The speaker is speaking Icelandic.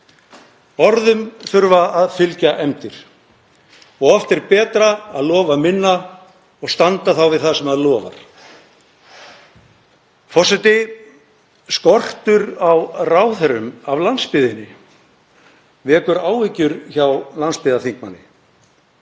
Orðum þurfa að fylgja efndir og oft er betra að lofa minna og standa þá við það sem maður lofar. Forseti. Skortur á ráðherrum af landsbyggðinni vekur áhyggjur hjá landsbyggðarþingmanni.